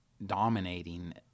dominating